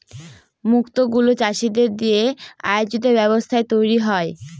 মুক্ত গুলো চাষীদের দিয়ে আয়োজিত ব্যবস্থায় তৈরী হয়